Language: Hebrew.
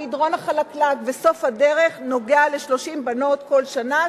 המדרון החלקלק בסוף הדרך נוגע ל-30 בנות כל שנה,